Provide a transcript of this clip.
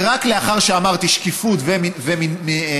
ורק לאחר שאמרתי שקיפות ומניעת